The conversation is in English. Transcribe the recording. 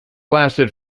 lasted